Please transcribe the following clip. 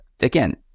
again